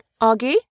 Augie